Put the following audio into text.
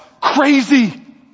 crazy